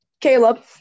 Caleb